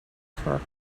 for